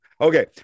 Okay